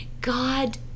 God